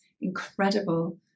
incredible